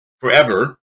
forever